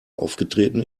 aufgetreten